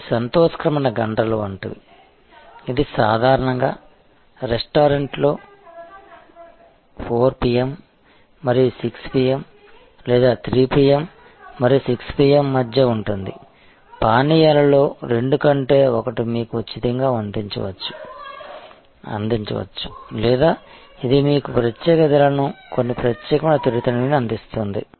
అవి సంతోషకరమైన గంటలు వంటివి ఇది సాధారణంగా రెస్టారెంట్లో 4 PM మరియు 6 PM లేదా 3 PM మరియు 6 PM మధ్య ఉంటుంది పానీయాలలో 2 కొంటే 1 మీకు ఉచితంగా అందించవచ్చు లేదా ఇది మీకు ప్రత్యేక ధరలకు కొన్ని ప్రత్యేకమైన చిరుతిండిని అందిస్తుంది